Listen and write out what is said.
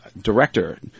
director